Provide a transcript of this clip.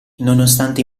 nonostante